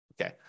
Okay